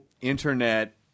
internet